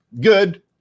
good